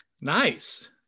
Nice